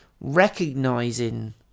recognizing